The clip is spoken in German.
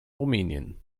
rumänien